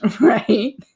Right